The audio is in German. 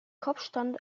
kopfstand